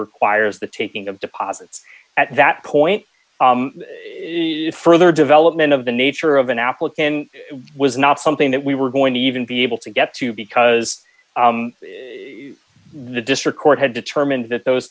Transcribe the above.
requires the taking of deposits at that point further development of the nature of an applicant was not something that we were going to even be able to get to because the district court had determined that those